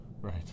Right